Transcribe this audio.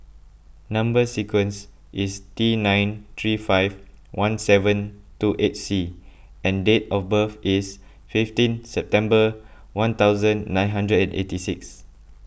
Number Sequence is T nine three five one seven two eight C and date of birth is fifteen September one thousand nine hundred and eighty six